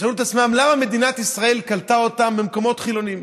שאלו את עצמם למה מדינת ישראל קלטה אותם במקומות חילוניים.